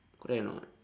correct or not